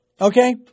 okay